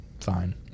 Fine